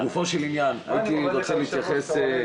אם אתה עדיין